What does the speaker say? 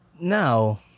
now